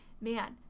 man